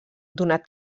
donat